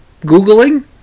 googling